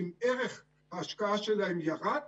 אם ערך ההשקעה שלהם ירד,